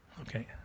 Okay